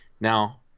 Now